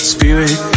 Spirit